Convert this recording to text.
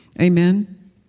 Amen